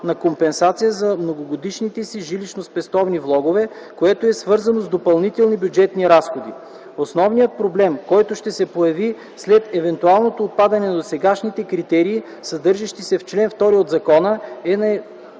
на компенсация за многогодишните си жилищно-спестовни влогове, което е свързано с допълнителни бюджетни разходи. Основният проблем, който ще се появи след евентуалното отпадане на сегашните критерии, съдържащи се в чл. 2 от закона, е